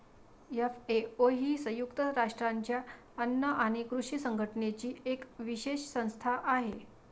FAO ही संयुक्त राष्ट्रांच्या अन्न आणि कृषी संघटनेची एक विशेष संस्था आहे